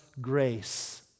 grace